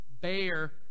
bear